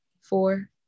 Four